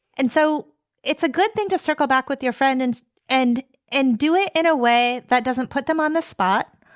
and so it's a good thing to circle back with your friend and and and do it in a way that doesn't put them on the spot.